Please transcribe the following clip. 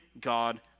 God